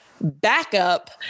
backup